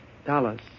Dollars